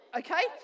okay